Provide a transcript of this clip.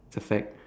it's a fact